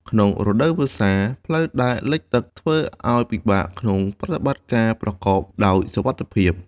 ក្នុងរដូវវស្សា ផ្លូវដែលលិចទឹកធ្វើឱ្យពិបាកក្នុងប្រតិបត្តិការប្រកបដោយសុវត្ថិភាព។